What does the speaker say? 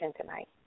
tonight